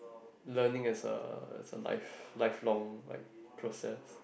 learning as a as a live live long like process